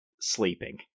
sleeping